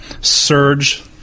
surge –